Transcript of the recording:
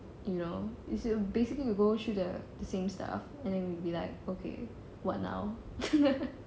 you know it's basically we go through the the same stuff and then we'll be like okay what now